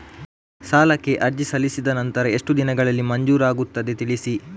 ಸಾಲಕ್ಕೆ ಅರ್ಜಿ ಸಲ್ಲಿಸಿದ ನಂತರ ಎಷ್ಟು ದಿನಗಳಲ್ಲಿ ಮಂಜೂರಾಗುತ್ತದೆ ತಿಳಿಸಿ?